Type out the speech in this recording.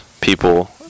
people